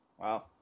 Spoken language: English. Wow